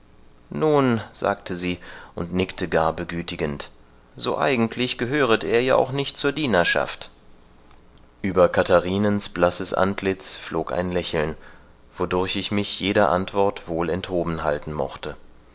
nun sagte sie und nickte gar begütigend so eigentlich gehöret er ja auch nicht zur dienerschaft über katharinens blasses antlitz flog ein lächeln wodurch ich mich jeder antwort wohl enthoben halten mochte